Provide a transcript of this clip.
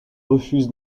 refuse